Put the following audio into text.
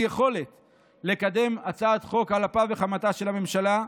יכולת לקדם הצעת חוק על אפה וחמתה של הממשלה.